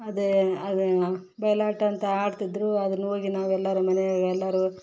ಅದೇ ಅದೇನು ಬೈಲಾಟ ಅಂತ ಆಡ್ತಿದ್ರು ಅದ್ರಲ್ ಹೋಗಿ ನಾವೆಲ್ಲಾರು ಮನೆಯಾಗ್ ಎಲ್ಲರು